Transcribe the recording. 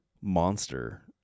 monster